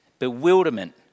bewilderment